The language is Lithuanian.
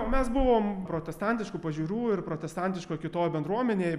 mes buvom protestantiškų pažiūrų ir protestantiškoj kitoj bendruomenėj